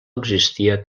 existia